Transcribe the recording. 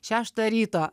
šeštą ryto